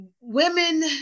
Women